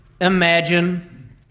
imagine